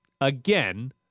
Again